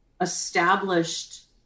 established